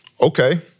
Okay